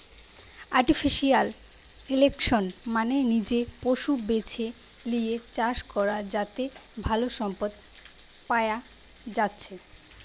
artificial selection মানে নিজে পশু বেছে লিয়ে চাষ করা যাতে ভালো সম্পদ পায়া যাচ্ছে